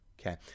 Okay